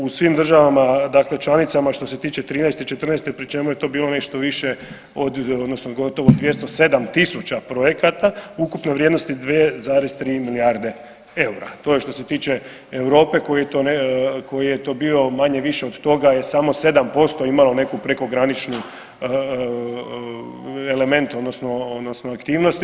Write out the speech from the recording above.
U svim državama, dakle članicama što se tiče trinaeste i četrnaeste pri čemu je to bilo nešto više od, odnosno gotovo 207 000 projekata ukupne vrijednosti 2,3 milijarde eura. to je što se tiče Europe koji je to bio manje-više od toga je samo 7% imalo neku prekogranični element, odnosno aktivnosti.